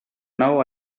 now